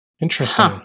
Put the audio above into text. Interesting